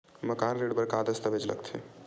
मकान ऋण बर का का दस्तावेज लगथे?